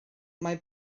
mae